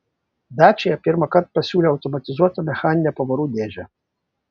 dacia pirmą kartą pasiūlė automatizuotą mechaninę pavarų dėžę